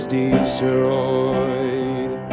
destroyed